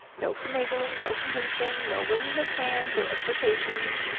no finagling, no convincing, no wringing of hands, or exertations.